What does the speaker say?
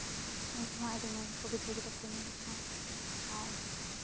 ᱩᱱᱠᱩ ᱦᱚᱸ ᱟᱹᱰᱤ ᱢᱚᱡᱽ ᱜᱮᱠᱚ ᱵᱩᱡᱷᱟᱹᱣ ᱠᱮᱫᱟ ᱯᱷᱮᱢᱮᱞᱤ ᱠᱚᱦᱚᱸ ᱟᱨ